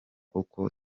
uko